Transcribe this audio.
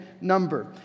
number